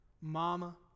Mama